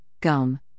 GUM